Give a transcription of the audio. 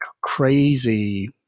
crazy